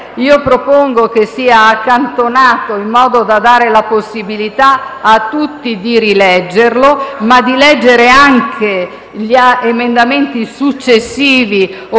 emendamento sia accantonato, in modo da dare la possibilità a tutti di rileggerlo e di leggere anche gli emendamenti successivi, ove